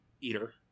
eater